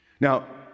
Now